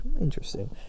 interesting